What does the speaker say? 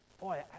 boy